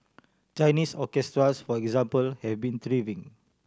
Chinese orchestras for example have been thriving